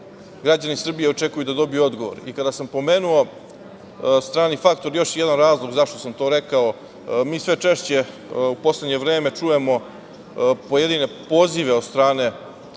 građani Srbije očekuju da dobiju odgovor. Kada sam pomenuo strani faktor, još jedan razlog zašto sam to rekao je da mi sve češće u poslednje vreme čujemo pojedine pozive od strane